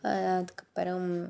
அ அதுக்கப்புறம்